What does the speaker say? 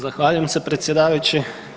Zahvaljujem se predsjedavajući.